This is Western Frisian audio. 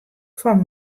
fan